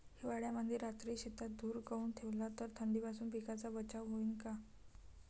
हिवाळ्यामंदी रात्री शेतात धुर करून ठेवला तर थंडीपासून पिकाचा बचाव होईन का?